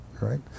right